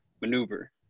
maneuver